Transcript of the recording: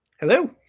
Hello